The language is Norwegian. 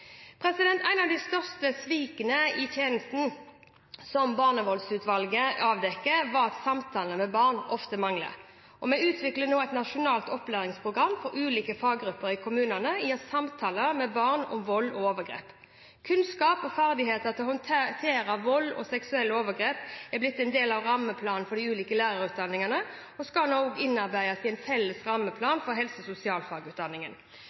av de største svikene i tjenesten som barnevoldsutvalget avdekket, var at samtaler med barn ofte mangler. Vi utvikler nå et nasjonalt opplæringsprogram for ulike faggrupper i kommunene i samtaler med barn om vold og overgrep. Kunnskap og ferdigheter til å håndtere vold og seksuelle overgrep er blitt en del av rammeplanen for de ulike lærerutdanningene og skal nå også innarbeides i en felles rammeplan for helse- og sosialfagutdanningen.